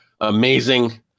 amazing